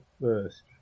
first